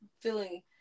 feeling